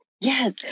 Yes